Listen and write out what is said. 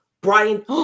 Brian